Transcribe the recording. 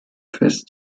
fest